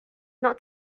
not